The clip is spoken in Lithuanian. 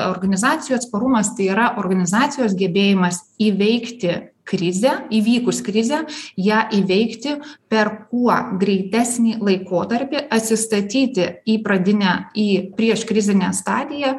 organizacijų atsparumas tai yra organizacijos gebėjimas įveikti krizę įvykus krizę ją įveikti per kuo greitesnį laikotarpį atsistatyti į pradinę į prieškrizinę stadiją